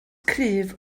cryf